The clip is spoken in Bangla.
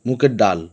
মুখের ডাল